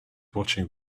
watching